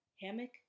hammock